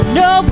no